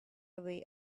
away